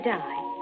die